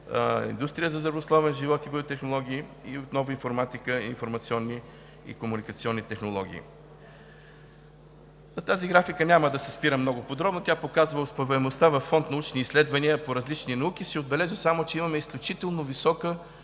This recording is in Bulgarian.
индустрия за здравословен живот и биотехнологии, и отново – информатика и информационни и комуникационни технологии. На тази графика няма да се спирам много подробно – тя показва успеваемостта във Фонд „Научни изследвания“ по различни науки. Ще отбележа само, че имаме изключително висока